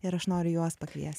ir aš noriu juos pakviest